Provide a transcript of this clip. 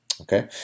okay